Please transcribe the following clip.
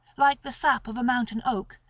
like the sap of a mountain-oak,